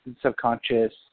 subconscious